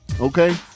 Okay